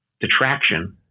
detraction